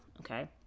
Okay